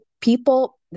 people